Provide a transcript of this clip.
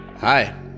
Hi